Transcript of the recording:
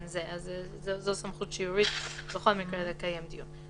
זה." זו סמכות שיורית בכל מקרה לקיים דיון.